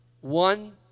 one